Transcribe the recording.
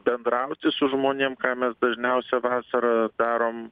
bendrauti su žmonėm ką mes dažniausiai vasarą darom